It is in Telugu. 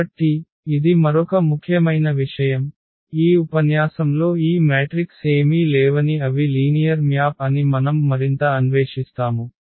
కాబట్టి ఇది మరొక ముఖ్యమైన విషయం ఈ ఉపన్యాసంలో ఈ మ్యాట్రిక్స్ ఏమీ లేవని అవి లీనియర్ మ్యాప్ అని మనం మరింత అన్వేషిస్తాము